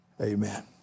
Amen